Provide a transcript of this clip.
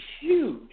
huge